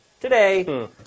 Today